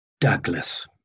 Douglas